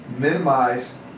minimize